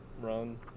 run